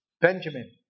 Benjamin